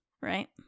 right